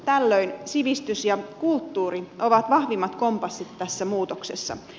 tällöin sivistys ja kulttuuri ovat vahvimmat kompassit tässä muutoksessa